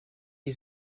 die